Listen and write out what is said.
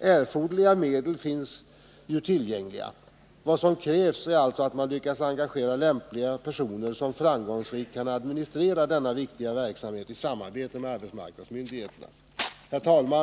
Erforderliga medel finns ju tillgängliga. Vad som krävs är alltså att man lyckas engagera lämpliga personer, som framgångsrikt kan administrera denna viktiga verksamhet i samarbete med arbetsmarknadsmyndigheterna. Herr talman!